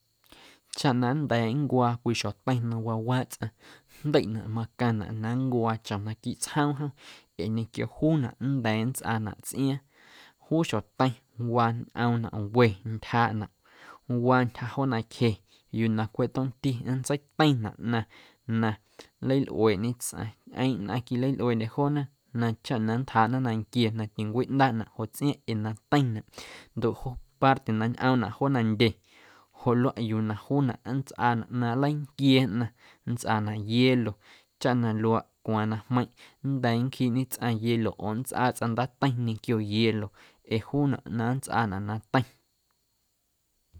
Chaꞌ na nnda̱a̱ nncwaa cwii xjoteiⁿ na wawaaꞌ tsꞌaⁿ jndeiꞌnaꞌ macaⁿnaꞌ na nncwaa chom naquiiꞌ tsjoom jom ee ñequio juunaꞌ nnda̱a̱ nntsꞌaanaꞌ tsꞌiaaⁿ juu xjoteiⁿwaa ñꞌoomnaꞌ we ntyjaaꞌnaꞌ waa ntyja joo nancje yuu na cweꞌ tomti nntseiteiⁿnaꞌ ꞌnaⁿ na nleilꞌueeꞌñe tsꞌaⁿ ñꞌeeⁿꞌ nnꞌaⁿ quilalꞌueeꞌndye joona chaꞌ na nntjaaꞌna nanquie na tincwiꞌndaaꞌnaꞌ joꞌ tsꞌiaaⁿꞌ ee na teiⁿnaꞌ ndoꞌ juu parte na ñꞌoomnaꞌ joo nandye joꞌ luaꞌ yuu na juunaꞌ nntsꞌaanaꞌ na nleinquiee ꞌnaⁿ, nntsꞌaanaꞌ hielo chaꞌ na luaaꞌ cwaaⁿ na jmeiⁿꞌ nnda̱a̱ nncjiiꞌñe tsꞌaⁿ hielo oo nntsꞌaa tsꞌaⁿ ndaateiⁿ ñequio hielo ee juunaꞌ na nntsꞌaanaꞌ na teiⁿ.